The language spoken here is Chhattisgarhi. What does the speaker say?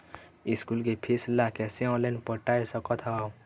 स्कूल के फीस ला कैसे ऑनलाइन पटाए सकत हव?